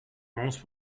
most